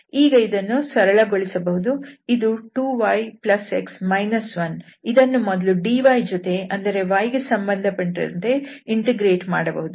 ಈಗ ಇದನ್ನು ಸರಳಗೊಳಿಸಬಹುದು ಇದು 2yx 1 ಇದನ್ನು ಮೊದಲು dyಯ ಜೊತೆ ಅಂದರೆ y ಗೆ ಸಂಬಂಧಪಟ್ಟಂತೆ ಇಂಟಿಗ್ರೇಟ್ ಮಾಡಬಹುದು